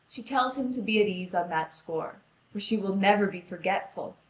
she tells him to be at ease on that score for she will never be forgetful,